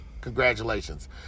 Congratulations